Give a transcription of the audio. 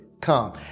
come